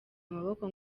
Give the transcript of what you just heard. amaboko